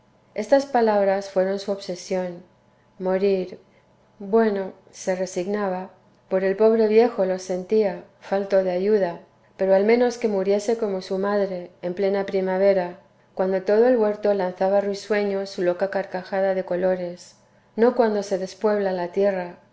estas palabras fueron su obsesión morir bueno se resignaba por el pobre viejo lo sentía falto de ayuda pero al menos que muriese como su madre en plena primavera cuando todo el huerto lanzaba risueño su loca carcajada de colores no cuando se despuebla la tierra